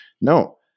no